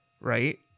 right